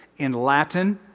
in latin,